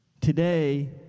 Today